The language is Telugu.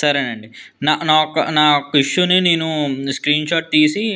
సరేనండి నా నా యొక్క నా యొక్క ఇష్యూని నేను స్క్రీన్షాట్ తీసి